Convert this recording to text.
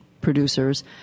producers